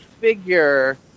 figure